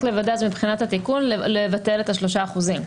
רק לוודא מבחינת התיקון, לבטל את ה-3%.